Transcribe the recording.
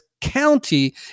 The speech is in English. County